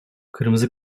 kırmızı